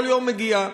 כל יום היא מגיעה,